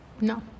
No